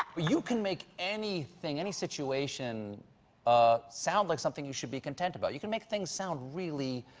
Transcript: you can make anything, any situation ah sound like something you should be content about. you can make things sound really,